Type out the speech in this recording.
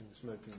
smoking